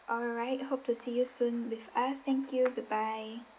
alright hope to see you soon with us thank you goodbye